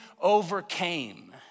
overcame